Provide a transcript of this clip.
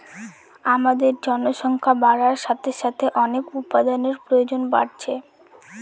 আমাদের জনসংখ্যা বাড়ার সাথে সাথে অনেক উপাদানের প্রয়োজন বাড়ছে